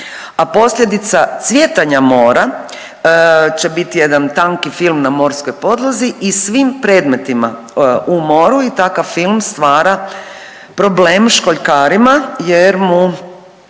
a posljedica cvjetanja mora će biti jedan tanki film na morskoj podlozi i svim predmetima u moru takav film stvara problem školjkarima jer mu